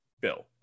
Bill